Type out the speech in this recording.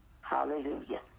Hallelujah